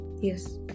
yes